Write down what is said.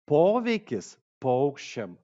poveikis paukščiam